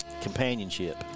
companionship